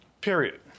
period